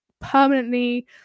permanently